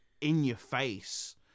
in-your-face